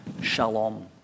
shalom